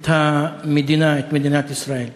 את המדינה, את מדינת ישראל.